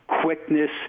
quickness